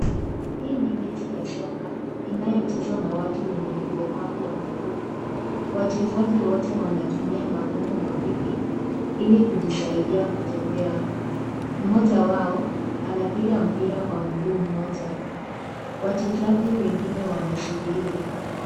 Hii ni mechi ya soka inayochezwa na watu wenye ulemavu wa miguu. Wachezaji wote wanatumia magongo mawili ili kujisaidia kutembea. Mmoja wao anapiga mpira kwa mguu mmoja. Wachezaji wengine wanasubiri.